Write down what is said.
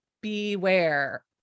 beware